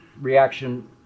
reaction